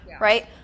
Right